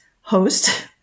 host